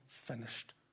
finished